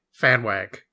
fanwag